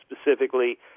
specifically